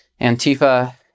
antifa